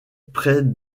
près